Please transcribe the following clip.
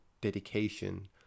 dedication